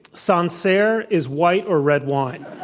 sancerre is white or red wine?